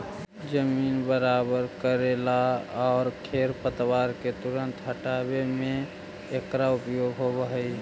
जमीन बराबर कऽरेला आउ खेर पतवार के तुरंत हँटावे में एकरा उपयोग होवऽ हई